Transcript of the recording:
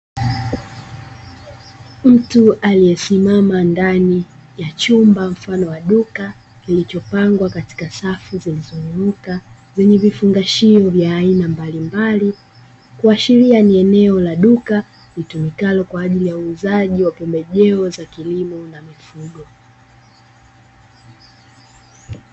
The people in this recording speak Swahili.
Mtu aliyesimama ndani ya chumba mfano wa duka kilichopangwa katika safu zilizonyooka, zenye vifungashio vya aina mbalimbali, kuashiria ni eneo la duka, litumikalo kwa ajili ya uuzaji wa pembejeo za kilimo na mifugo.